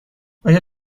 آیا